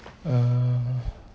uh